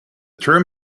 term